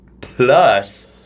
Plus